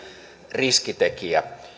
riskitekijä